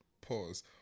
pause